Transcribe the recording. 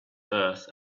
earth